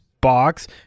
box